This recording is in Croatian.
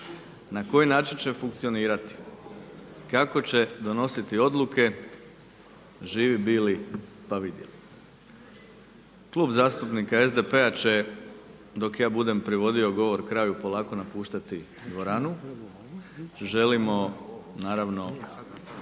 na koji način će funkcionirati, kako će donositi odluke živi bili pa vidjeli. Klub zastupnika SDP-a će dok ja budem privodio govor kraju polako napuštati dvoranu, želimo naravno